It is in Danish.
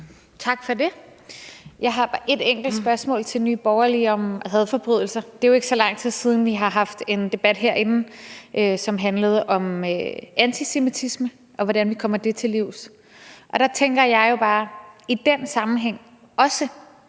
Tak for det. Jeg har bare et enkelt spørgsmål til Nye Borgerlige om hadforbrydelser. Det er jo ikke så lang tid siden, at vi havde en debat herinde, som handlede om antisemitisme, og hvordan vi kommer det til livs, og jeg tænker bare, at det også